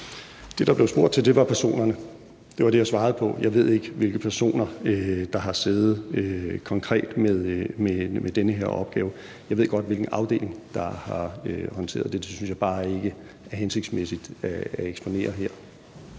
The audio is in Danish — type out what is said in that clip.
Det, der blev spurgt til, var personerne. Det var det, jeg svarede på. Jeg ved ikke, hvilke personer der konkret har siddet med den her opgave. Jeg ved godt, hvilken afdeling der har håndteret det. Det synes jeg bare ikke er hensigtsmæssigt at eksponere her.